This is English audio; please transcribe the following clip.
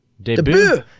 Debut